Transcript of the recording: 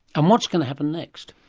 and what's going to happen next?